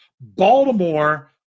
Baltimore